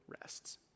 rests